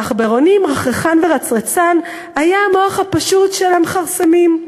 לעכברונים רחרחן ורצרצן היה המוח הפשוט של המכרסמים,